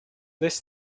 this